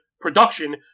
production